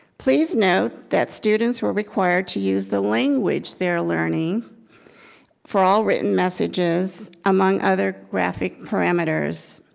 please note that students were required to use the language they are learning for all written messages among other graphic parameters.